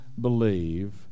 believe